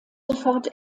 sofort